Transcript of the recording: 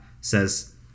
says